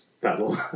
battle